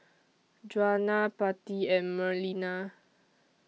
Juana Patti and Marlena